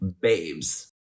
babes